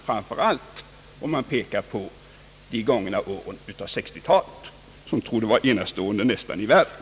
Framför allt gäller detta de gångna åren av 1960 talet, då vi haft ett byggande som torde vara nästan enastående i världen.